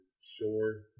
sure